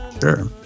Sure